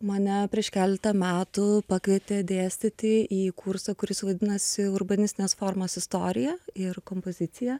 mane prieš keletą metų pakvietė dėstyti į kursą kuris vadinasi urbanistinės formos istorija ir kompozicija